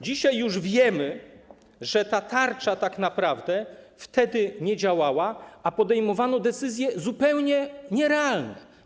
Dzisiaj już wiemy, że ta tarcza tak naprawdę wtedy nie działała, a podejmowano decyzje zupełnie nierealne.